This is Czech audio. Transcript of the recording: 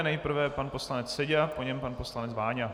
Nejprve pan poslanec Seďa, po něm pan poslanec Váňa.